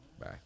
Bye